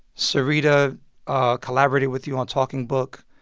syreeta ah collaborated with you on talking book.